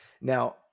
Now